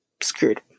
screwed